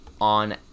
on